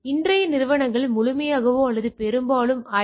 எனவே இன்றைய நிறுவனங்கள் முழுமையாகவோ அல்லது பெரும்பாலும் ஐ